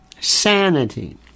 Sanity